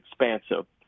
expansive